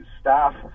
staff